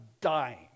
dying